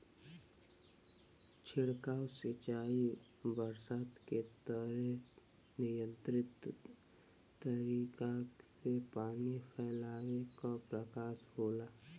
छिड़काव सिंचाई बरसात के तरे नियंत्रित तरीका से पानी फैलावे क प्रकार होला